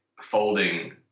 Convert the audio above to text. folding